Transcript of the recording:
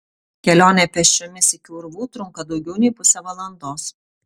kelionė pėsčiomis iki urvų trunka daugiau nei pusę valandos